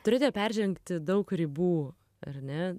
turėjote peržengti daug ribų ar ne